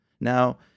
Now